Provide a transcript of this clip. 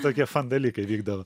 tokie fan dalykai vykdavo